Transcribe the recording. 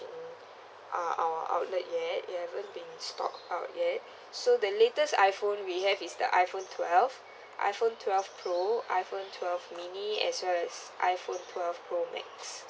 uh our outlet yet it haven't been stock up yet so the latest iPhone we have is the iPhone twelve iPhone twelve pro iPhone twelve mini as well as iPhone twelve pro max